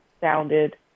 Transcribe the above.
sounded